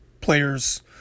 players